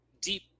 deep